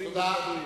תודה,